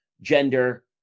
gender